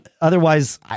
otherwise